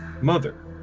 Mother